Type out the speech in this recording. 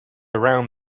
around